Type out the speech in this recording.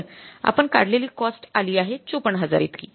आपण काढलेली कॉस्ट आली आहे ५४००० इतकी